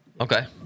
Okay